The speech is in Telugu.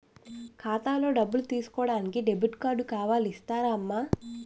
ఖాతాలో డబ్బులు తీసుకోడానికి డెబిట్ కార్డు కావాలి ఇస్తారమ్మా